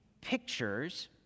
pictures